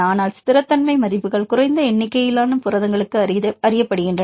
ஆனால் ஸ்திரத்தன்மை மதிப்புகள் குறைந்த எண்ணிக்கையிலான புரதங்களுக்கு அறியப்படுகின்றன